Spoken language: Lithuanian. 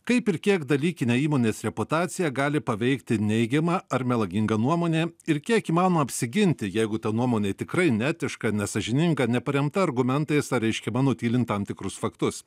kaip ir kiek dalykinė įmonės reputacija gali paveikti neigiama ar melaginga nuomonė ir kiek įmanoma apsiginti jeigu ta nuomonė tikrai neetiška nesąžininga neparemta argumentais ar reiškiama nutylint tam tikrus faktus